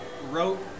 wrote